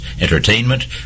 entertainment